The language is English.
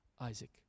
Isaac